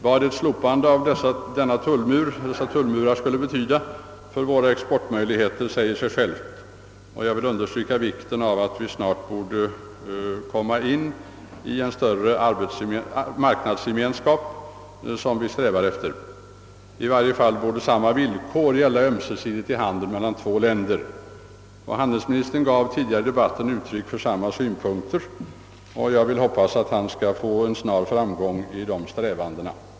Vad ett slopande av dessa tullmurar skulle betyda för våra exportmöjligheter säger sig självt, och jag vill understryka vikten av att vi snart kommer in i en större marknadsgemenskap, såsom vi eftersträvar. I varje fall borde samma villkor gälla ömsesidigt i handeln mellan två länder. Handelsministern gav tidigare i debatten uttryck åt liknande synpunkter, och jag vill hoppas att han skall få snar framgång i dessa strävanden.